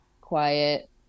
quiet